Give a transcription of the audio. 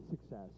success